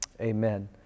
amen